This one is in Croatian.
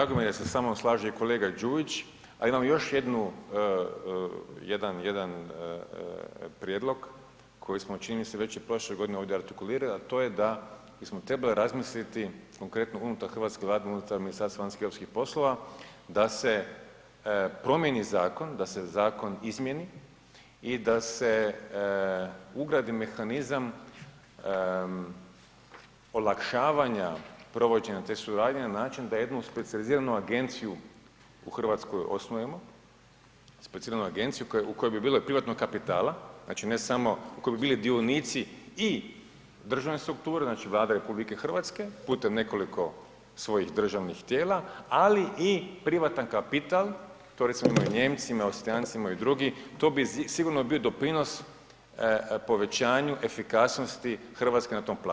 Drago mi je što se sa mnom slaže i kolega Đujić, a imam još jednu, jedan, jedan prijedlog koji smo čini mi se već i prošle godine ovdje artikulirali, a to je da smo trebali razmisliti konkretno unutar hrvatske Vlade, unutar Ministarstva vanjskih i europskih poslova da se promijeni zakon, da se zakon izmjeni i da se ugradi mehanizam olakšavanja provođenja te suradnje na način da jednu specijaliziranu agenciju u Hrvatskoj osnujemo, specijaliziranu agenciju u kojoj bi bile privatnog kapitala, znači ne samo, koji bi bili dionici i državne strukture znači Vlada RH putem nekoliko svojih državnih tijela, ali i privatan kapital, to recimo imaju Nijemci, imaju Austrijanci, imaju drugi, to bi sigurno bio doprinos povećanju efikasnosti Hrvatske na tom planu.